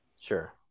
Sure